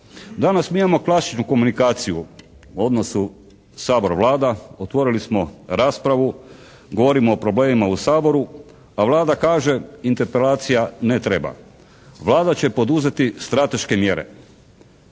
Danas mi imamo klasičnu komunikaciju u odnosu Sabor Vlada, otvorili smo raspravu, govorimo o problemima u Saboru, a Vlada kaže interpelacija ne treba. Vlada će poduzeti strateške mjere,